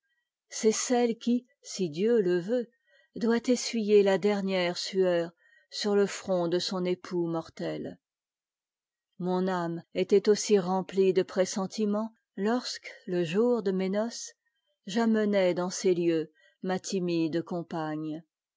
c'est celle qui si dieu le veut doit essuyer la dernière sueur sur le front de son époux mortel mon âme était ausst remplie de pressenti ments lorsque le jour de mes noces j'amenai dans ces lieux ma timide compagne